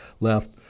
left